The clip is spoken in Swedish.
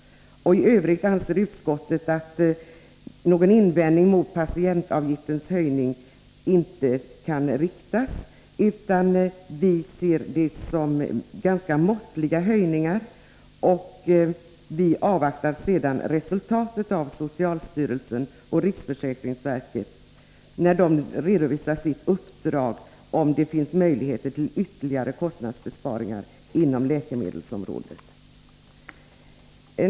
I övrigt anser utskottet att någon invändning mot patientavgiftens höjning inte kan framställas, utan vi ser det som ganska måttliga höjningar. Vi avvaktar sedan resultat av socialstyrelsens och riksförsäkringsverkets utredningsuppdrag. Vi får då se om det finns möjlighet att göra ytterligare kostnadsbesparingar inom läkemedelsområdet.